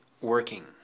working